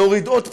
להוריד עוד פעם?